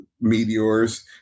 meteors